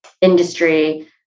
industry